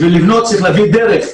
בשביל לבנות צריך להביא דלק.